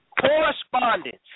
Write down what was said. correspondence